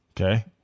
Okay